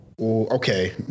okay